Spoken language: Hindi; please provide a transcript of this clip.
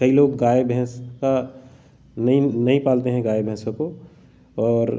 कई लोग गाय भैंस का नई नहीं पालते हैं गाय भैंसों को और